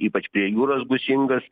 ypač prie jūros gūsingas